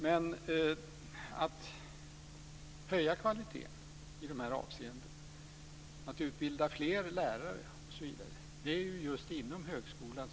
Men att höja kvaliteten i de här avseendena, att utbilda fler lärare osv. ska ju ske just inom högskolan.